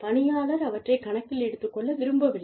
பணியாளர் அவற்றைக் கணக்கில் எடுத்துக்கொள்ள விரும்பவில்லை